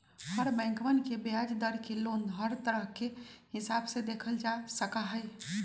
हर बैंकवन के ब्याज दर के लोन हर तरह के हिसाब से देखल जा सका हई